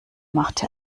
machte